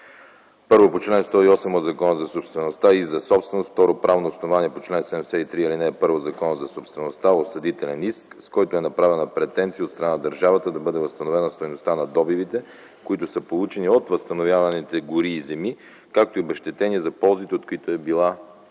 Първо, по чл. 108 от Закона за собствеността – и за собственост; второ, правно основание по чл. 73, ал. 1 от Закона за собствеността – осъдителен иск, с който е направена претенция от страна на държавата да бъде възстановена стойността на добивите, които са получени от възстановяваните гори и земи, както и обезщетения за ползите, от които е била лишена.